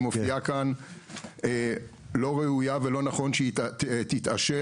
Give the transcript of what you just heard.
מופיעה כאן לא ראויה ולא נכון שהיא תאושר.